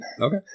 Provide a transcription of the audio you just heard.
Okay